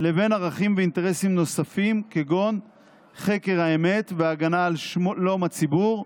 לבין ערכים ואינטרסים נוספים כגון חקר האמת והגנה על שלום הציבור,